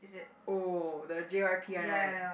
oh the j_y_p one right